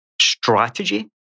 strategy